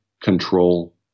control